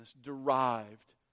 derived